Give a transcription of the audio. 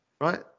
Right